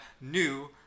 new